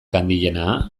handiena